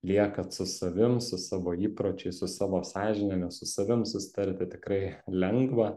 liekat su savim su savo įpročiais su savo sąžine nes su savim susitarti tikrai lengva